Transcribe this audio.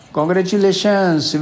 Congratulations